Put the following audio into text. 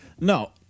no